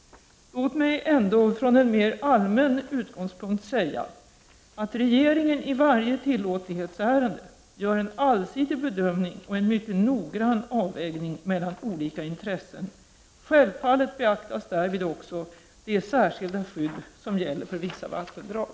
Låt mig ändå från en mer allmän utgångspunkt säga att regeringen i varje tillåtlighetsärende gör en allsidig bedömning och en mycket noggrann avvägning mellan olika intressen. Självfallet beaktas därvid också det särskilda skydd som gäller för vissa vattendrag.